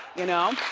you know?